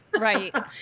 Right